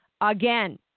again